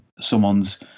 someone's